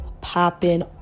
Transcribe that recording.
popping